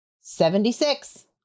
Seventy-six